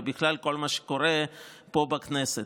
ובכלל כל מה שקורה פה בכנסת.